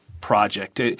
project